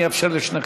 אני אאפשר לשניכם.